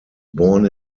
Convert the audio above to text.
born